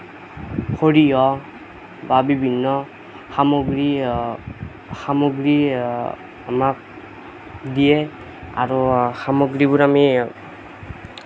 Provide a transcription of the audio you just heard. সৰিয়হ বা বিভিন্ন সামগ্ৰী সামগ্ৰী আমাক দিয়ে আৰু সামগ্ৰীবোৰ আমি